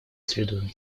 среду